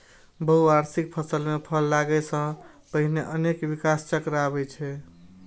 बहुवार्षिक फसल मे फल लागै सं पहिने अनेक विकास चक्र आबै छै